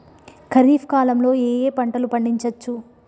ఖరీఫ్ కాలంలో ఏ ఏ పంటలు పండించచ్చు?